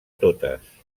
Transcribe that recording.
totes